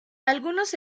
algunos